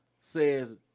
Says